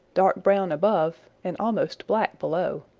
dark brown above and almost black below.